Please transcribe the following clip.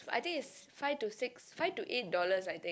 but I think it's five to six five to eight dollars I think